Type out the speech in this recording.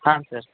ಹಾಂ ಸರ್